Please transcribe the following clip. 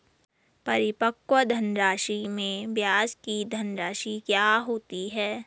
परिपक्व धनराशि में ब्याज की धनराशि क्या होती है?